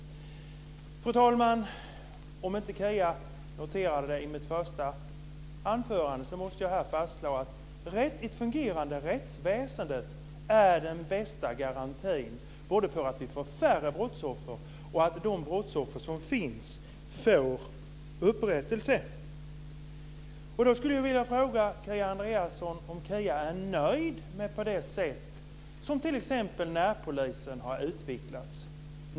Fru talman! Om inte Kia noterade att jag sade det i mitt första anförande måste jag nu slå fast att ett fungerande rättsväsende är den bästa garantin både för att vi får färre brottsoffer och för att de brottsoffer som finns får upprättelse. Då skulle jag vilja fråga om Kia Andreasson är nöjd med det sätt som t.ex. närpolisen har utvecklats på.